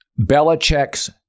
Belichick's